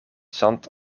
zand